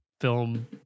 film